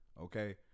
Okay